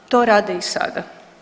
To rade i sada.